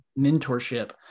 mentorship